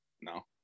No